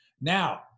Now